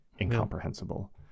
incomprehensible